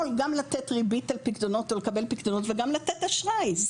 גם לתת ריבית על פיקדונות או לקבל פיקדונות וגם לתת אשראי,